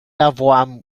avoit